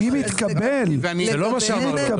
אם התקבל, זה לא אומר, אם התקבל.